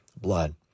blood